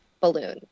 balloon